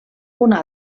una